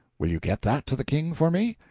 will you get that to the king for me?